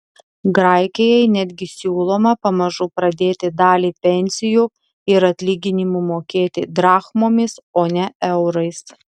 graikijai netgi siūloma pamažu pradėti dalį pensijų ir atlyginimų mokėti drachmomis o ne eurais